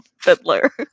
Fiddler